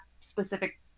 specific